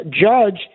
judge